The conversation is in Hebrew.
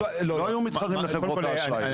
לא יהיו מתחרים לחברותה אשראי.